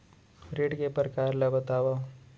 ऋण के परकार ल बतावव?